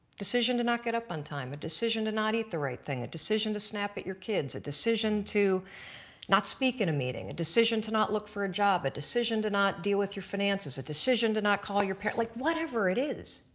decision to not get up on time, a decision to not eat the right thing, a decision to snap at your kids, a decision to not speak at and a meeting, a decision to not look for a job, a decision to not deal with your finances, a decision to not call your parents like whatever it is.